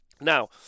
Now